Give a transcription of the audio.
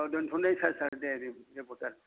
औ दोनथ'नाय सार दे दे रिपर्टार